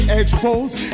exposed